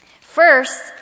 First